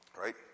Right